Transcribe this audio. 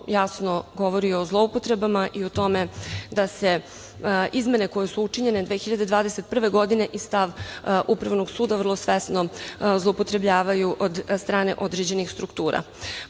jasno govori o zloupotrebama i o tome da se izmene koje su učinjene 2021. godine i stav upravnog suda vrlo svesno zloupotrebljavaju od strane određenih struktura. Poverenik